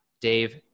Dave